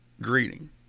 greeting